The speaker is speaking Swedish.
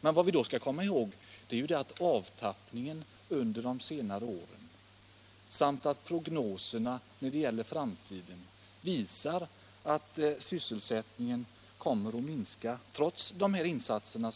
Vi skall emellertid komma ihåg att avtappningen under de senaste åren och framtidsprognoserna visar att sysselsättningen kommer att minska trots samhällets insatser,